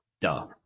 Duh